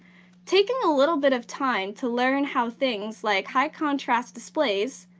taking a little bit of time to learn how things like high contrast displays,